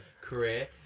career